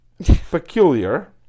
Peculiar